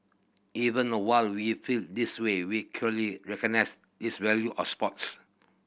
even while we feel this way we clearly recognise this value of sports